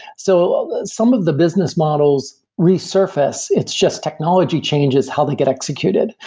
so some of the business models resurface. it's just technology changes how they get executed.